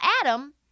Adam